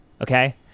okay